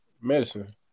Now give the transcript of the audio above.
medicine